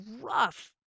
rough